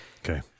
Okay